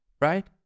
Right